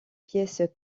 pièces